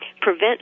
prevent